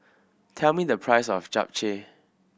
tell me the price of Japchae